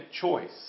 choice